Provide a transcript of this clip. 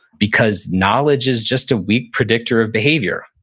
because knowledge is just a weak predictor of behavior.